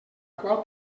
qual